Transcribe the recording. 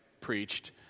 preached